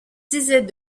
disait